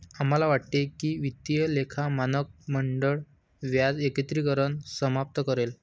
आम्हाला वाटते की वित्तीय लेखा मानक मंडळ व्याज एकत्रीकरण समाप्त करेल